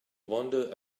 wander